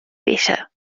better